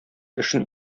эшен